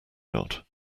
not